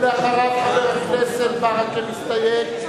ואחריו חבר הכנסת ברכה מסתייג,